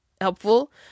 helpful